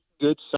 good